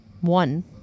one